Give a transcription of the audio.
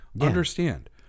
understand